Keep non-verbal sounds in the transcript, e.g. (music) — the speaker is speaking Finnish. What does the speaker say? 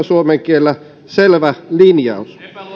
(unintelligible) suomen kielellä selvä linjaus